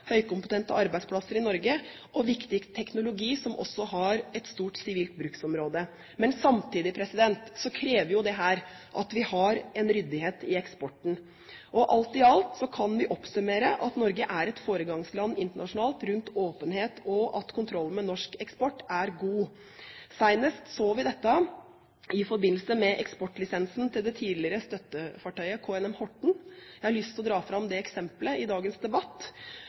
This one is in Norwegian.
høykompetente arbeidsplasser i Norge og viktig teknologi som også har et stort sivilt bruksområde. Samtidig krever dette at vi har en ryddighet i eksporten. Alt i alt kan vi oppsummere med at Norge er et foregangsland internasjonalt rundt åpenhet, og at kontrollen med norsk eksport er god. Senest så vi dette i forbindelse med eksportlisensen til det tidligere støttefartøyet KNM Horten. Jeg har lyst til å trekke fram det eksempelet i dagens debatt